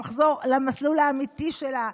למסלול האמיתי שלה,